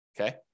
okay